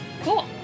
Cool